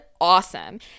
awesome